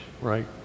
right